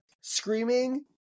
screaming